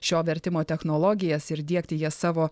šio vertimo technologijas ir diegti jas savo